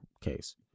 case